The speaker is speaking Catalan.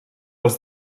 els